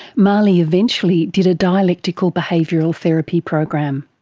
mahlie eventually did a dialectical behavioural therapy program.